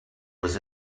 was